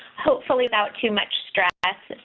hopefully without too much stress.